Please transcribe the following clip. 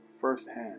firsthand